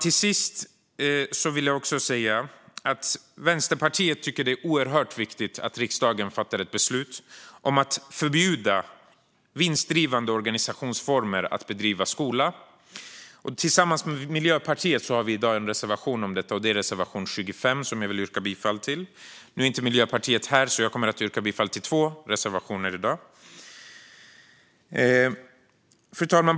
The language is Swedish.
Till sist vill jag säga att Vänsterpartiet tycker att det är oerhört viktigt att riksdagen fattar ett beslut om att förbjuda vinstdrivande organisationsformer att bedriva skola. Tillsammans med Miljöpartiet har vi en reservation om detta. Det är reservation 25, som jag vill yrka bifall till. Nu är inte Miljöpartiet här, så jag kommer att yrka bifall till två reservationer i dag. Fru talman!